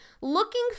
Looking